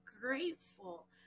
grateful